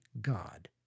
God